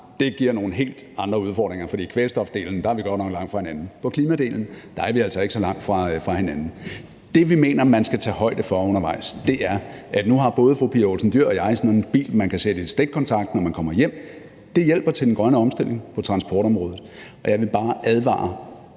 Det giver nogle helt andre udfordringer, for på kvælstofdelen er vi godt nok langt fra hinanden. På klimadelen er vi altså ikke så langt fra hinanden. Nu har både fru Pia Olsen Dyhr og jeg sådan en bil, man kan sætte i stikkontakten, når man kommer hjem. Det hjælper til den grønne omstilling på transportområdet, men jeg vil bare advare